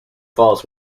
falls